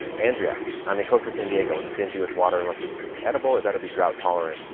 andrea i'm in coastal san diego and stingy with water. unlesss it's edible it better be drought tolerant.